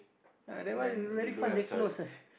ah that one very fast they close ah